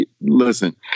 listen